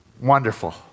wonderful